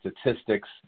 statistics